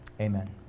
Amen